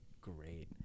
great